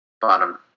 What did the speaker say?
Bottom